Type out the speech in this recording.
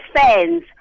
fans